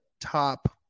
top